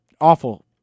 awful